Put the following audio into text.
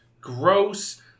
gross